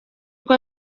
uko